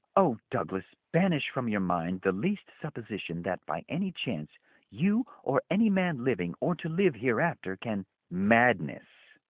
oh, douglas, banish from your mind the least supposition that by any chance you or any man living or to live hereafter can madness,